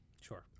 Sure